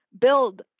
build